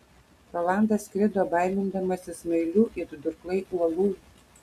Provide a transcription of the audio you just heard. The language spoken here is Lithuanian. rolandas skrido baimindamasis smailių it durklai uolų